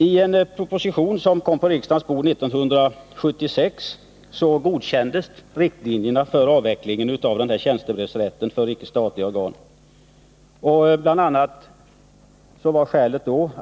I en proposition som kom på riksdagens bord 1976 föreslogs riktlinjer för avveckling av tjänstebrevsrätten för icke statliga organ. Skälen härför var bl.a. då.